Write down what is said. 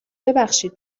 ببخشید